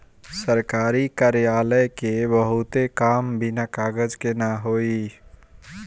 सरकारी कार्यालय क बहुते काम बिना कागज के ना होई